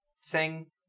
sing